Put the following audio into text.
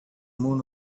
moon